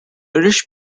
irish